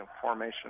formation